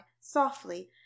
softly